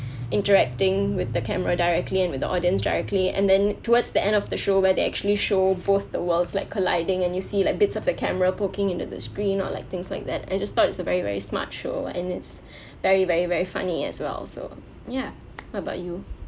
interacting with the camera directly and with the audience directly and then towards the end of the show where they actually show both the worlds like colliding and you see like bits of the camera poking into the screen or like things like that I just thought it's a very very smart show and it's very very very funny as well so ya what about you